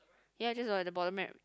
ya just was at the bottom map